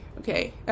okay